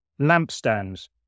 lampstands